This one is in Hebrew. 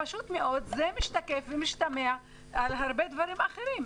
פשוט מאוד זה משתקף ומשפיע על הרבה דברים אחרים.